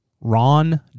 ron